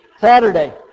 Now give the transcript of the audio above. Saturday